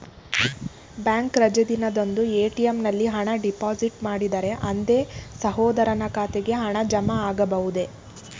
Bank ರಜೆ ದಿನದಂದು ATM ನಲ್ಲಿ ಹಣ ಡಿಪಾಸಿಟ್ ಮಾಡಿದರೆ ಅಂದೇ ಸಹೋದರನ ಖಾತೆಗೆ ಹಣ ಜಮಾ ಆಗಬಹುದೇ?